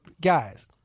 guys